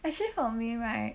actually for me right